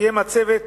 קיים הצוות